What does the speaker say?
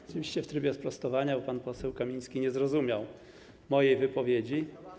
Oczywiście w trybie sprostowania, bo pan poseł Kamiński nie zrozumiał mojej wypowiedzi.